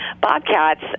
Bobcats